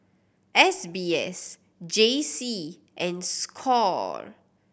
S B S J C and score